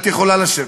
את יכולה לשבת.